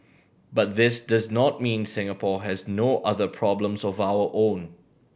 but this does not mean Singapore has no other problems of our own